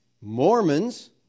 Mormons